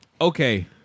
Okay